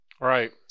right